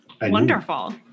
wonderful